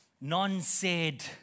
non-said